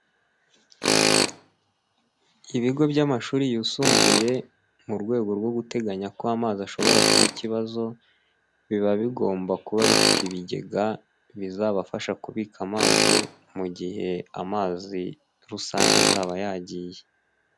Ibigo by'amashuri yisumbuye mu rwego rwo guteganya ko amazi ashobora kuba ikibazo biba bigomba kuba bifite ibigega bizabafasha kubika amazi, mu gihe amazi rusange azaba yagiye.